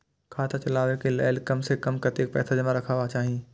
खाता चलावै कै लैल कम से कम कतेक पैसा जमा रखवा चाहि